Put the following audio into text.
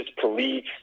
police